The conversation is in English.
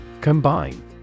Combine